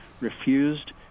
refused